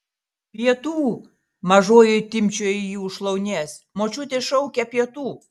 pietų mažoji timpčioja jį už šlaunies močiutė šaukia pietų